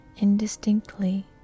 indistinctly